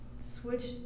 switch